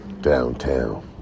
Downtown